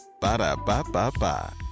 Ba-da-ba-ba-ba